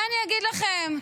מה אני אגיד לכם,